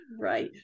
Right